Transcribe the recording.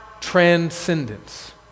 Transcendence